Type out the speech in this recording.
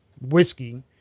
whiskey